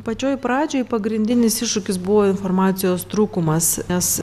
pačioj pradžioj pagrindinis iššūkis buvo informacijos trūkumas nes